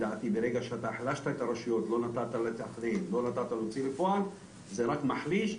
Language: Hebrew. ברגע שהחלשת את הרשויות, זה רק מחליש.